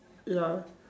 ya